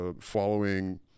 following